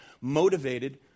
motivated